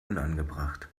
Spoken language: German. unangebracht